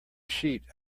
sheet